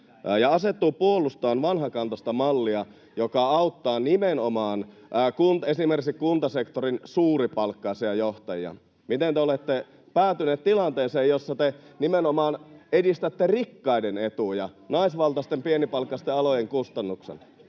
se liittyy hallituksen esitykseen?] joka auttaa nimenomaan esimerkiksi kuntasektorin suuripalkkaisia johtajia. Miten te olette päätyneet tilanteeseen, jossa te nimenomaan edistätte rikkaiden etuja naisvaltaisten pienipalkkaisten alojen kustannuksella?